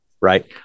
right